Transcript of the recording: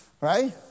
Right